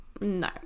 No